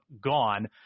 gone